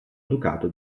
ducato